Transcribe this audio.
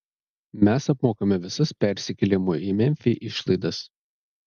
mes apmokame visas persikėlimo į memfį išlaidas